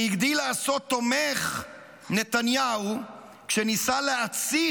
והגדיל לעשות תומך נתניהו כשניסה להצית